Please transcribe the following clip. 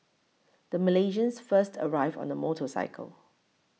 the Malaysians first arrived on a motorcycle